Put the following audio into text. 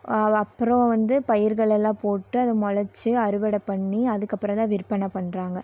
அப்றம் வந்து பயிர்களெல்லாம் போட்டு அது மொளைச்சி அறுவடை பண்ணி அதுக்கப்புறந்தான் விற்பனை பண்ணுறாங்க